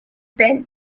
bent